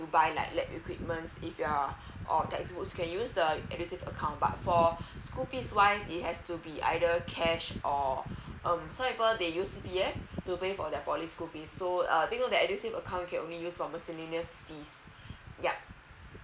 to buy like lab equipment if you're or text book can use the edusave account but for school fees wise it has to be either cash or um so uh they use it to pay for the school fees so uh thing like edusave account can only used for the miscellaneous fees yup